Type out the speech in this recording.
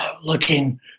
looking